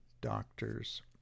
doctors